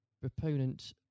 proponent